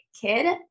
kid